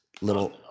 little